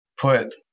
put